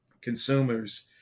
consumers